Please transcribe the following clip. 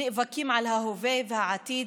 נאבקים על ההווה והעתיד,